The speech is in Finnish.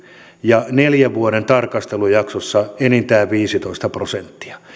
ja neljän vuoden tarkastelujaksossa enintään viisitoista prosenttia